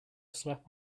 slap